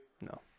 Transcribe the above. no